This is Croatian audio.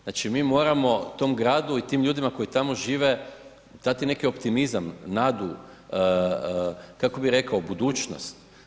Znači mi moramo tom gradu i tim ljudima koji tamo žive dati neki optimizam, n adu, kako bih rekao budućnost.